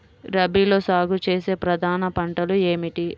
రబీలో సాగు చేసే ప్రధాన పంటలు ఏమిటి?